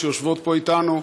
שיושבות פה איתנו,